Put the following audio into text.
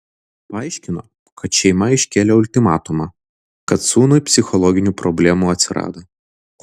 paaiškino kad šeima iškėlė ultimatumą kad sūnui psichologinių problemų atsirado